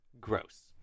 Gross